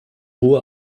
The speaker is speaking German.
hohe